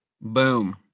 Boom